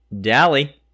dally